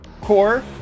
core